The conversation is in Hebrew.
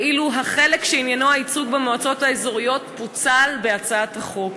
ואילו החלק שעניינו הייצוג במועצות האזוריות פוצל מהצעת החוק.